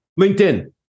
LinkedIn